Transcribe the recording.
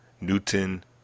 Newton